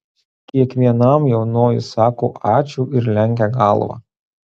kiekvienam jaunoji sako ačiū ir lenkia galvą